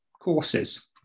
courses